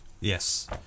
Yes